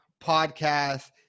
podcast